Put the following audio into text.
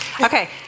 Okay